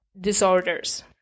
disorders